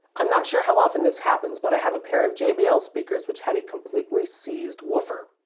i'm not sure how often this happens, but i have a pair of jbl speakers which had a completely seized woofer.